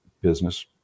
business